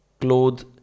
clothes